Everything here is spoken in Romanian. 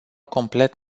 complet